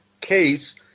case